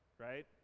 Right